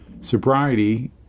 Sobriety